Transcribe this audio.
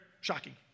Shocking